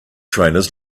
trainers